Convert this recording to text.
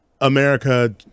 America